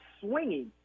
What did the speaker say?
swinging